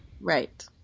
Right